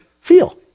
feel